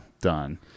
done